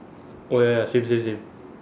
oh ya ya same same same